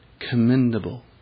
commendable